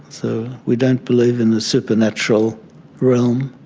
so we don't believe in the supernatural realm,